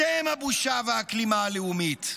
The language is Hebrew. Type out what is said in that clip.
אתם הבושה והכלימה הלאומית.